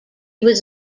was